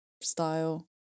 style